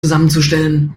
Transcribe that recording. zusammenzustellen